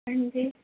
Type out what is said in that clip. अंजी